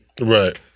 Right